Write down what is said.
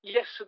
Yes